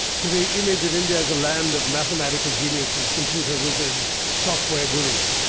to the image of india as a land of mathematical geniuses, computer wizards, software gurus.